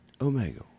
Omega